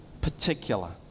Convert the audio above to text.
particular